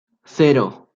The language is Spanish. cero